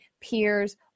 peers